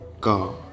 God